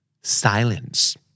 Silence